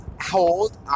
hold